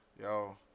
yo